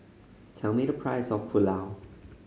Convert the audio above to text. tell me the price of Pulao